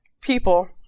people